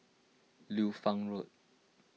Liu Fang Road